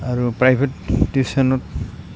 আৰু প্ৰাইভেট টিউশ্যনত